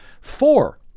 four